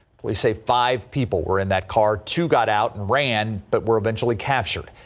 police say five people were in that car to got out and ran but were eventually captured.